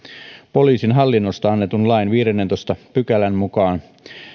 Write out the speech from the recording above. poliisin hallinnosta annetun lain viidennentoista pykälän mukaan